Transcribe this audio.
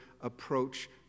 approach